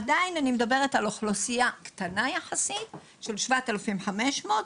עדיין אני מדברת על אוכלוסייה קטנה יחסית של 7,500 אנשים.